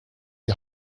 die